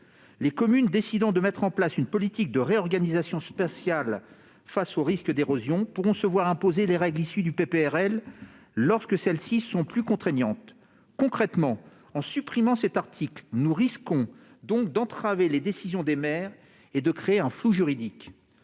Les communes décidant de mettre en place une politique de réorganisation spatiale face au risque d'érosion pourront se voir imposer les règles issues du PPRL, lorsque celles-ci sont plus contraignantes. En pratique, si nous supprimons cet article, nous risquons donc d'entraver les décisions des maires et de créer un flou juridique,